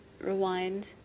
Rewind